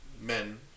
men